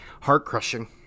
heart-crushing